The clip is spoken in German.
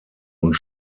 und